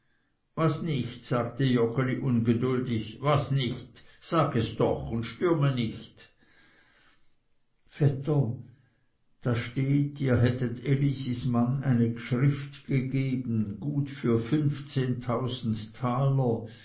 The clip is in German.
was nicht sagte joggeli ungeduldig was nicht sage es doch und stürme nicht vetter da steht ihr hättet elisis mann eine gschrift gegeben gut für fünfzehntausend taler